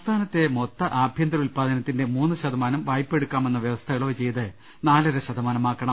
സംസ്ഥാനത്തെ മൊത്ത ആഭ്യന്തര ഉല്പാദനത്തിന്റെ മൂന്നു ശതമാനം വായ്പയെടുക്കാമെന്ന വ്യവസ്ഥ ഇളവ് ചെയ്ത് നാലര ശതമാനമാക്കണം